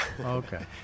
Okay